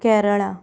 Kerala